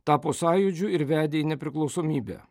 tapo sąjūdžiu ir vedė į nepriklausomybę